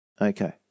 Okay